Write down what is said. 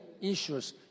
issues